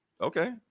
okay